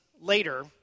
later